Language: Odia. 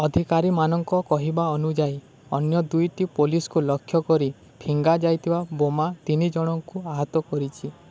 ଅଧିକାରୀମାନଙ୍କ କହିବା ଅନୁଯାୟୀ ଅନ୍ୟ ଦୁଇଟି ପୋଲିସକୁ ଲକ୍ଷ୍ୟ କରି ଫିଙ୍ଗାଯାଇଥିବା ବୋମା ତିନିଜଣଙ୍କୁ ଆହତ କରିଛି